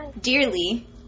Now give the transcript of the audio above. dearly